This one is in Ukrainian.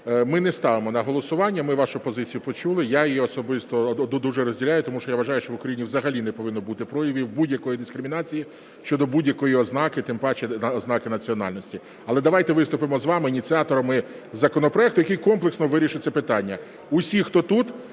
Ми не ставимо на голосування. Ми вашу позицію почули я її особисто дуже розділяю, тому що я вважаю, що в Україні взагалі не повинно бути проявів будь-якої дискримінації щодо будь-якої ознаки, тим паче ознаки національності. Але давайте виступимо з вами ініціаторами законопроекту, який комплексно вирішить це питання. Усі, хто тут